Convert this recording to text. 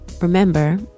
Remember